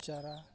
ᱪᱟᱨᱟ